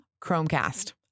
Chromecast